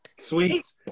Sweet